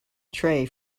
tray